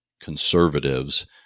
conservatives